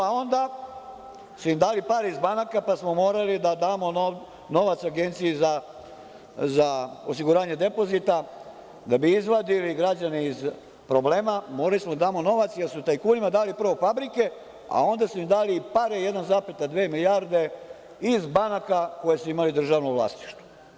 A, onda su im dali pare iz banaka, pa smo morali da damo novac Agenciji za osiguranje depozita, da bi izvadili građane iz problema morali smo da damo novac, jer su tajkunima dali prvo fabrike, a onda su im dali pare, 1,2 milijarde iz banaka koje su imali u državnom vlasništvu.